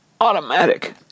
automatic